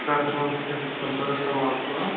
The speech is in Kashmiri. ژٕ کر کٲم ژٕ کھیٚیہ پیرسٹمال پھوٚل اکھ